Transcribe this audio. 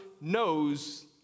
knows